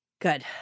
Good